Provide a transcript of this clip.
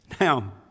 Now